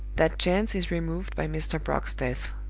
that chance is removed by mr. brock's death.